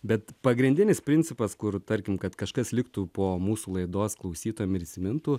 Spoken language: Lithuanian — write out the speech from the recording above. bet pagrindinis principas kur tarkim kad kažkas liktų po mūsų laidos klausytojam ir įsimintų